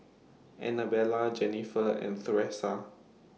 Annabella Jennifer and Thresa